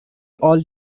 all